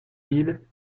mille